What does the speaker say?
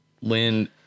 Lynn